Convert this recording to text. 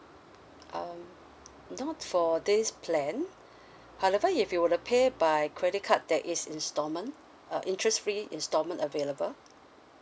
um not for this plan however if you were to pay by credit card there is installment uh interest free instalment available